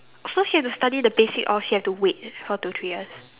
so she had to study the basic or she had to wait four to three years